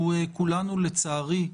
שכולנו, לצערי,